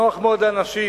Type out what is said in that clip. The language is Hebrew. נוח מאוד לאנשים